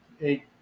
eight